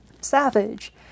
Savage